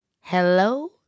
Hello